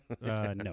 No